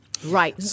Right